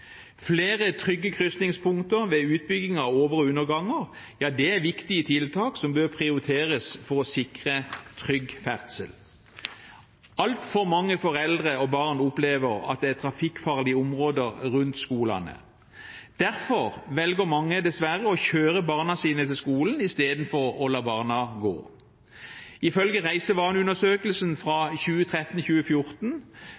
Flere trygge krysningspunkter ved utbygging av over- og underganger er viktige tiltak som bør prioriteres for å sikre trygg ferdsel. Altfor mange foreldre og barn opplever at det er trafikkfarlige områder rundt skolene. Derfor velger mange dessverre å kjøre barna sine til skolen istedenfor å la barna gå. Ifølge reisevaneundersøkelsen